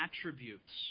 attributes